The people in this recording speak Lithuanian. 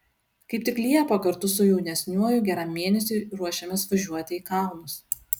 kaip tik liepą kartu su jaunesniuoju geram mėnesiui ruošiamės važiuoti į kalnus